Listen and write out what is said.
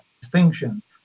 distinctions